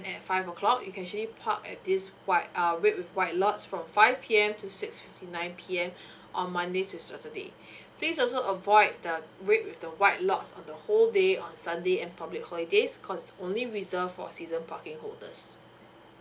at five o'clock you can actually park at this white uh red with white lots from five P_M to six fifty nine P_M on monday to saturday please also avoid the red with the white lots of the whole day on sunday and public holidays cause it's only reserved for season parking holders